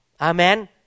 Amen